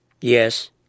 Yes